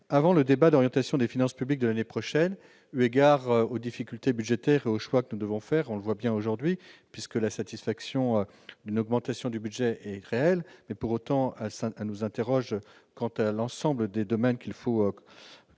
avant le débat d'orientation des finances publiques de l'année prochaine, eu égard aux difficultés budgétaires au choix que nous devons faire, on le voit bien aujourd'hui puisque la satisfaction d'une augmentation du budget réel, mais pour autant, à Sainte-Anne nous interroge quant à l'ensemble des domaines qu'il faut traiter